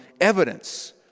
evidence